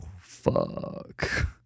fuck